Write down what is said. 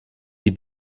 die